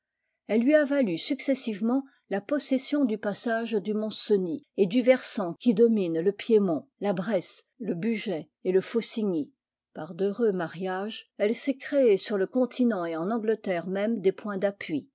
elle lui a valu successivement la possession du passage du mont-cenis et du versant qui domine le piémont la bresse le bugey et le faucigny par d'heureux mariages elle s'est créé sur le continent et en angleterre même des points d'appui